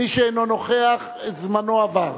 מי שאינו נוכח, זמנו עבר.